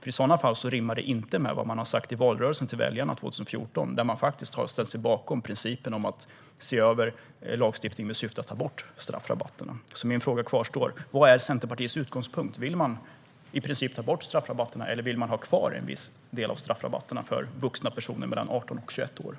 I så fall rimmar det inte med vad man sa i valrörelsen 2014 till väljarna, då man faktiskt ställde sig bakom principen om att se över lagstiftningen med syfte att ta bort straffrabatterna. Min fråga kvarstår alltså: Vad är Centerpartiets utgångspunkt? Vill man i princip ta bort straffrabatterna, eller vill man ha kvar en viss del av straffrabatterna för vuxna personer mellan 18 och 21 år?